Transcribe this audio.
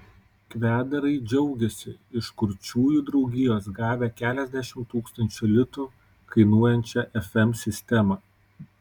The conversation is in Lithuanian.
kvedarai džiaugiasi iš kurčiųjų draugijos gavę keliasdešimt tūkstančių litų kainuojančią fm sistemą